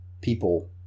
people